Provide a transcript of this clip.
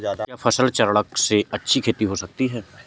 क्या फसल चक्रण से अच्छी खेती हो सकती है?